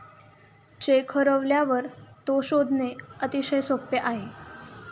check हरवल्यावर तो शोधणे अतिशय सोपे आहे